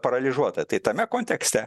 paralyžiuota tai tame kontekste